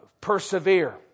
persevere